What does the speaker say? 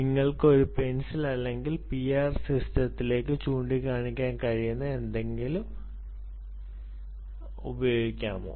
നിങ്ങൾക്ക് ഒരു പെൻസിൽ അല്ലെങ്കിൽ പിഐആർ സിസ്റ്റത്തിലേക്ക് ചൂണ്ടിക്കാണിക്കാൻ കഴിയുന്ന എന്തെങ്കിലും ഉപയോഗിക്കാമോ